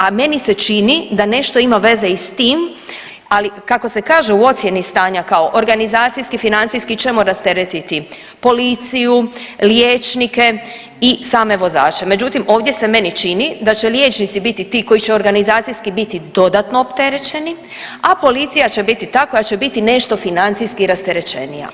A meni se čini da nešto ima veze i s tim, ali kako se kaže u ocjeni stanja kao organizacijski, financijski ćemo rasteretiti policiju, liječnike i same vozače, međutim ovdje se meni čini da će liječnici biti ti koji će organizacijski biti dodatno opterećeni, a policija će biti ta koja će biti nešto financijski rasterećenija.